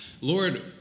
Lord